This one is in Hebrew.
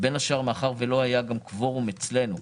בין השאר מאחר ולא היה גם קוורום אצלנו,